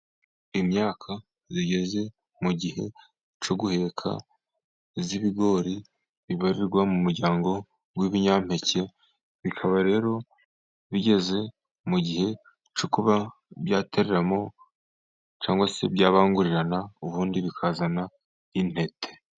Imyaka igeze mu gihe cyo guheka. Ibigori bibarirwa mu muryango w'ibinyampeke bikaba rero bigeze mu gihe cyo kuba byatereramo cyangwa se byabangurirana ubundi bikazana intete.